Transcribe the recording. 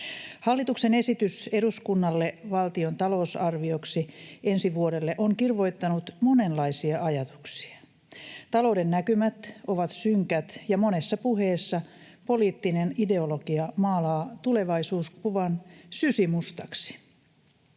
Hallituksen esitys eduskunnalle valtion talousarvioksi ensi vuodelle on kirvoittanut monenlaisia ajatuksia. Talouden näkymät ovat synkät, ja monessa puheessa poliittinen ideologia maalaa tulevaisuuskuvan sysimustaksi.